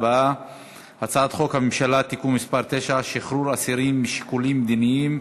בעד, 29, נגד, 12, אין נמנעים.